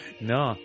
No